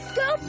go